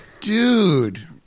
Dude